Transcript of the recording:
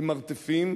במרתפים,